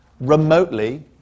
remotely